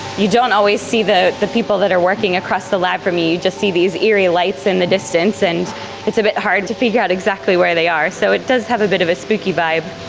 you don't always see the the people that are working across the lab from you, you just see these eerie lights in the distance, and it's a bit hard to figure out exactly where they are. so it does have a bit of a spooky vibe.